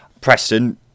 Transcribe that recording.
Preston